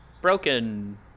broken